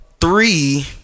three